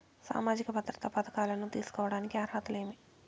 సామాజిక భద్రత పథకాలను తీసుకోడానికి అర్హతలు ఏమి?